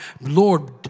Lord